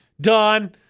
done